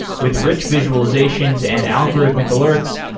with rich visualizations and algorithmic alerts,